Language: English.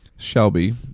Shelby